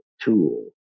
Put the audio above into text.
tool